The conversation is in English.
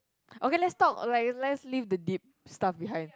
okay let's talk like let's leave the deep stuff behind